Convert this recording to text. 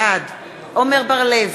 בעד עמר בר-לב,